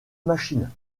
machine